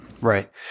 Right